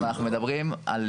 מה לא?